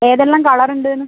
ഏതെല്ലാം കളർ ഉണ്ട് എന്ന്